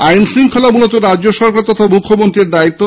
আইনশৃঙ্খলা মূলত রাজ্য সরকার তথা মুখ্যমন্ত্রীর দায়িত্ব